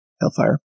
Hellfire